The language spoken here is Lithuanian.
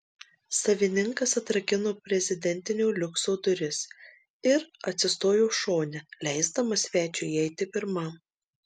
savininkas atrakino prezidentinio liukso duris ir atsistojo šone leisdamas svečiui įeiti pirmam